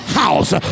house